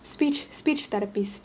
speech speech therapists